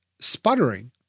sputtering